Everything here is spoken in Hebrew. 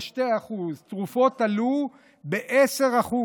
ב-2%; תרופות עלו ב-10%.